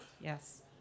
Yes